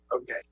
Okay